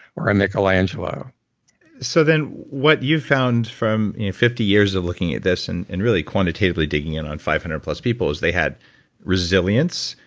or a michelangelo so then what you've found from your fifty years of looking at this and and really quantitatively digging in on five hundred plus people is they had resilience,